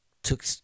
took